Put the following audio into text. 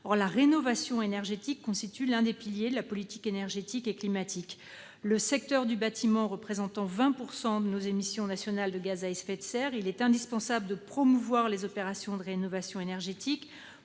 Or la rénovation énergétique constitue l'un des piliers de la politique énergétique et climatique. Le secteur du bâtiment représentant 20 % de nos émissions nationales de gaz à effet de serre, il est indispensable de promouvoir les opérations de rénovation énergétique